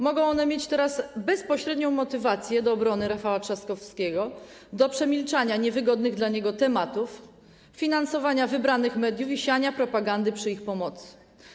Mogą one mieć teraz bezpośrednią motywację do obrony Rafała Trzaskowskiego, do przemilczania niewygodnych dla niego tematów: finansowania wybranych mediów i siania propagandy przy ich pomocy.